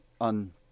On